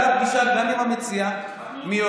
הייתה פגישה גם עם המציע ביוזמתו,